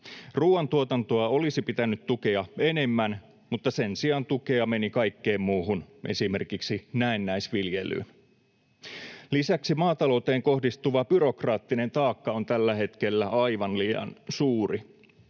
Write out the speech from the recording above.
Ruuantuotantoa olisi pitänyt tukea enemmän, mutta sen sijaan tukea meni kaikkeen muuhun, esimerkiksi näennäisviljelyyn. Lisäksi maatalouteen kohdistuva byrokraattinen taakka on tällä hetkellä aivan liian suuri,